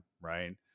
right